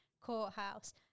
courthouse